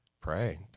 pray